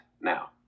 now